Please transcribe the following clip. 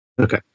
Okay